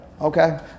okay